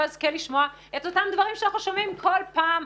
אזכה לשמוע את אותם דברים שאנחנו שומעים כל פעם,